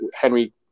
Henry